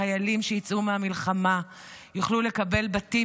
חיילים שיצאו מהמלחמה יוכלו לקבל בתים